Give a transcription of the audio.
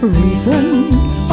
reasons